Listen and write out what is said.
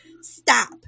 stop